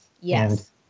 yes